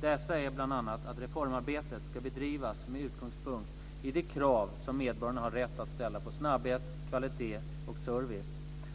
Dessa är bl.a. att reformarbetet ska bedrivas med utgångspunkt i de krav som medborgarna har rätt att ställa på snabbhet, kvalitet och service,